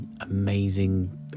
amazing